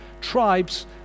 tribes